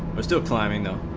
still climbing a